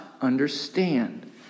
understand